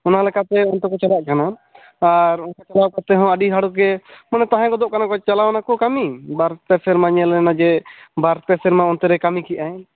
ᱚᱱᱟ ᱞᱮᱠᱟ ᱛᱮ ᱚᱱᱛᱮ ᱠᱚ ᱪᱟᱞᱟᱜ ᱠᱟᱱᱟ ᱟᱨ ᱚᱱᱛᱮ ᱪᱟᱞᱟᱜ ᱠᱟᱛᱮ ᱟᱹᱰᱤ ᱦᱚᱲ ᱜᱮ ᱢᱟᱱᱮ ᱛᱟᱦᱮᱸ ᱜᱚᱫᱚᱜ ᱠᱟᱱᱟ ᱠᱚ ᱢᱟᱱᱮ ᱪᱟᱞᱟᱣ ᱮᱱᱟᱠᱚ ᱠᱟᱹᱢᱤ ᱵᱟᱨᱯᱮ ᱥᱮᱨᱢᱟ ᱧᱮᱞ ᱮᱱᱟ ᱡᱮ ᱵᱟᱨᱯᱮ ᱥᱮᱨᱢᱟ ᱚᱱᱛᱮᱨᱮᱭ ᱠᱟᱹᱢᱤ ᱠᱮᱫᱼᱟ